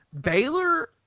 Baylor